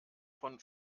von